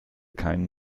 keinen